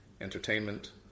entertainment